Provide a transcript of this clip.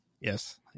Yes